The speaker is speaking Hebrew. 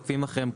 עוקבים אחריהם,